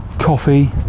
coffee